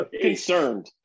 Concerned